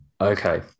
Okay